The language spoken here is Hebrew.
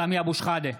(קורא בשמות חברי הכנסת) סמי אבו שחאדה,